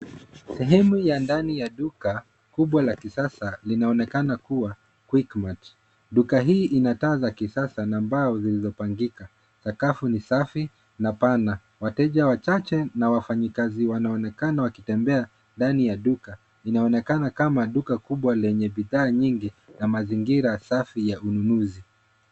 Sehemu ya ndani ya duka kubwa la kisasa linaonekana kuwa Quickmart. Duka hii ina taa za kisasa na mbao zilizopangika. Sakafu ni safi na pana. Wateja wachache na wafanyikazi wanaonekana wakitembea ndani ya duka. Inaonekana kama duka kubwa lenye bidhaa nyingi na mazingira safi ya ununuzi.